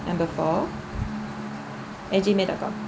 number four at gmail dot com